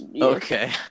Okay